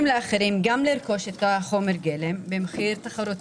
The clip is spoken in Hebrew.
לאחרים גם לרכוש את חומר הגלם במחיר תחרותי.